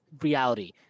reality